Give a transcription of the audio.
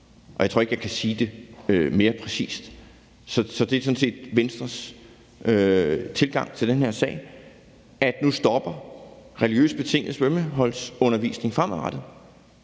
Jeg tror ikke, jeg kan sige det mere præcist. Det er sådan set Venstres tilgang til den her sag – religiøst betinget svømmeholdsundervisning stopper fremadrettet.